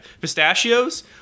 Pistachios